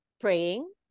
praying